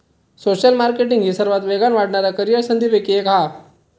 social marketing ही सर्वात वेगान वाढणाऱ्या करीअर संधींपैकी एक हा